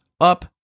Up